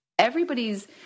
everybody's